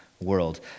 world